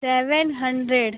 seven hundred